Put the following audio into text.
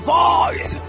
voice